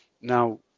Now